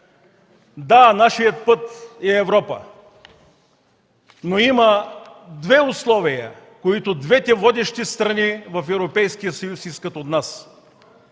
да, нашият път е Европа, но има две условия, които двете водещи страни в Европейския съюз